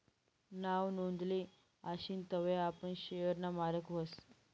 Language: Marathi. नाव नोंदेल आशीन तवय आपण शेयर ना मालक व्हस